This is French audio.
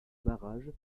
barrage